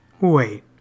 Wait